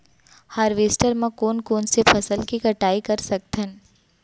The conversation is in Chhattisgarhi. हारवेस्टर म कोन कोन से फसल के कटाई कर सकथन?